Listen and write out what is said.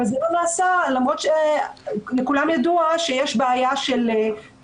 אבל זה לא נעשה למרות שלכולם ידוע שיש בעיה קשה מאוד של